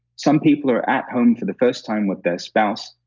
some people are at home for the first time with their spouse,